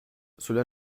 cela